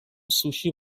سوشی